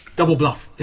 double bluff,